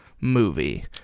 movie